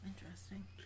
Interesting